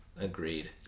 Agreed